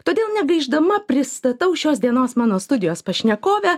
todėl negaišdama pristatau šios dienos mano studijos pašnekovę